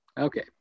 Okay